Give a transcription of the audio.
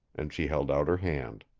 and she held out her hand.